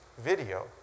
video